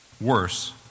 Worse